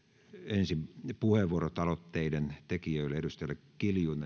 ensin puheenvuorot aloitteiden tekijöille edustajalle kiljunen